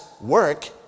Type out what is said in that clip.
work